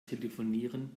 telefonieren